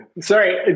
Sorry